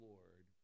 Lord